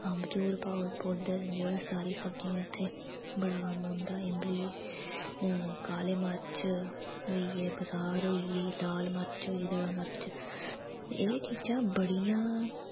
अंब चूर पौडर जेह्ड़ा सारी सब्जियें च बड़ा कम्म औंदा ऐ इम्बली काले मर्च होइये बसार होइये लाल मर्च होई दड़ा मर्च एह् चीजां बड़ियां